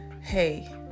hey